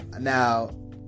Now